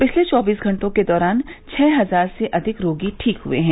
पिछले चौबीस घटों के दौरान छह हजार से अधिक रोगी ठीक हुए हैं